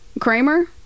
Kramer